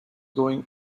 going